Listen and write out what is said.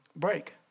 break